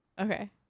okay